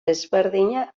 desberdina